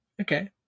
okay